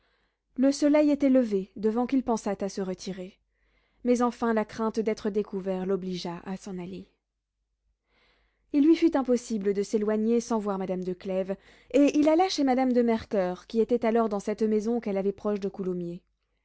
le soleil était levé devant qu'il pensât à se retirer mais enfin la crainte d'être découvert l'obligea à s'en aller il lui fut impossible de s'éloigner sans voir madame de clèves et il alla chez madame de mercoeur qui était alors dans cette maison qu'elle avait proche de coulommiers